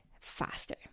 faster